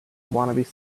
wannabe